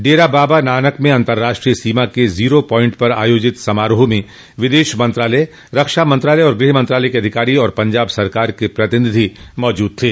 डेरा बाबा नानक में अंतर्राष्ट्रीय सीमा के जोरो प्वाइंट पर आयोजित समारोह में विदेश मंत्रालय रक्षा मंत्रालय और गृह मंत्रालय के अधिकारी तथा पंजाब सरकार के प्रतिनिधि मौजूद थे